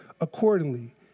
accordingly